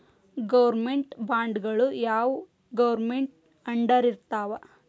Government ಬಾಂಡ್ಗಳು ಯಾವ್ government ಅಂಡರಿರ್ತಾವ?